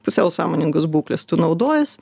pusiau sąmoningos būklės tu naudojiesi